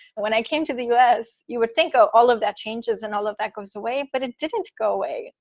when i came to the us, you would think of all of that changes and all of that goes away. but it didn't go away.